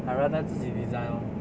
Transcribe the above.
I rather 自己 design lor